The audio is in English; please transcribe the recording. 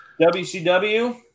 WCW